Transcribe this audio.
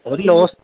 ഒരു ലോസ്